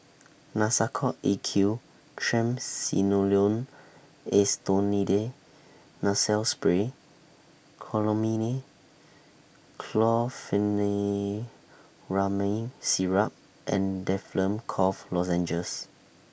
Nasacort A Q Triamcinolone Acetonide Nasal Spray Chlormine Chlorpheniramine Syrup and Difflam Cough Lozenges